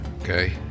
okay